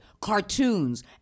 cartoons